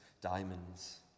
diamonds